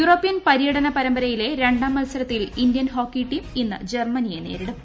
European പര്യടന പരമ്പരയിലെ രണ്ടാം മത്സരത്തിൽ ഇന്ത്യൻ ഹോക്കി ടീം ഇന്ന് ജർമ്മനിയെ നേരിടും